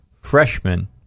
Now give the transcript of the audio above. freshman